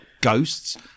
ghosts